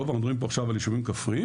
טוב אומרים פה עכשיו על יישובים כפריים,